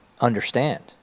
understand